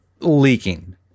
leaking